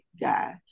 guy